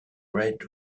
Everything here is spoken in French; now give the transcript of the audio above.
red